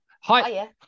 hi